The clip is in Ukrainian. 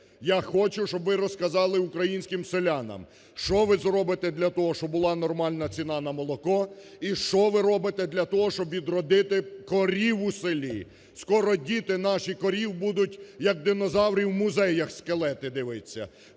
Я хочу, щоб ви розказали українським селянам, що ви зробите для того, щоб була нормальна ціна на молоко, і що ви робите для того, щоб відродити корів у селі. Скоро діти наші корів будуть, як динозаврів, в музеях скелети дивитися.